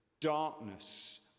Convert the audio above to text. Darkness